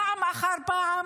פעם אחר פעם,